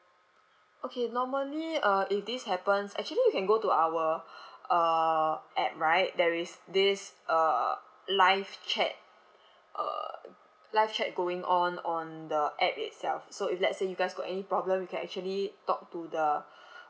okay normally uh if this happens actually you can go to our uh app right there is this uh live chat uh live chat going on on the app itself so if let's say you guys got any problem you can actually talk to the